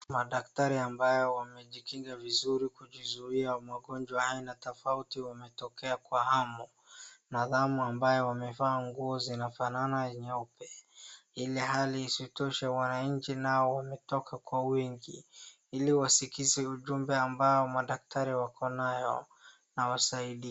Madktari ambao wamejikinga vizuri kujizuia magonjwa aina tofauti wamejitokeza kwa hamu na ghamu. Wamevaa nguo ambazo zinafanana nyeupe ilhali isitoshe wanainchi nao wametoka kwa wingi ili wasikize ujumbe ambao madaktari wako nayo na wasaidike.